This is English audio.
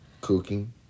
Cooking